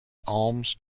alms